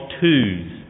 twos